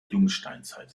jungsteinzeit